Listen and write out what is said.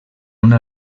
una